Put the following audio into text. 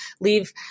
leave